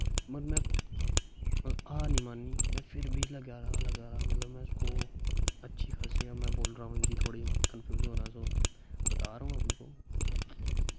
मतलब में हार निं मन्नी में फिर बी मतलब कि लग्गा दा हा लग्गा दा हा अच्छी खास्सी में बोला दा हा ओह् कंफ्यूजन ऐ ओह् बता रहा हूं आपको